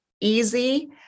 easy